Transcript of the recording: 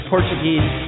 Portuguese